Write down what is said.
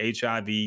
HIV